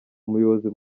umuyobozi